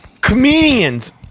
comedians